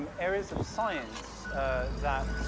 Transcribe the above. um areas of science that,